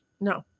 No